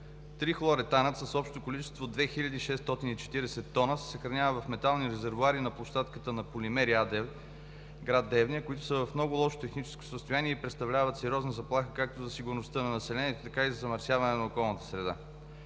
Трихлоретанът, с общо количество 2640 тона, се съхранява в метални резервоари на площадката на „Полимери“ АД – град Девня, които са в много лошо техническо състояние и представляват сериозна заплаха както за сигурността на населението, така и за замърсяване на околната среда.